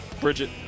Bridget